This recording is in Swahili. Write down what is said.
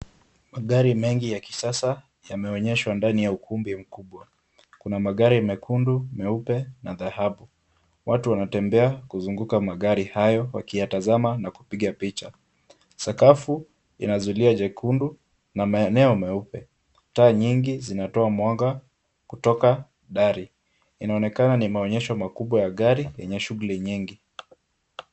Magari mengi ya kisasa yameonyeshwa ndani ya ukumbi mkubwa. Kuna magari mekundu, meupe na dhahabu. Watu wanatembea kuzunguka magari hayo wakiyatazama na kupiga picha . Sakafu ina zulia jekundu na maeneo meupe. Taa nyingi zinatoa mwanga kutoka dari. Inaonekana ni maonyesho makubwa ya gari yenye shughuli nyingi.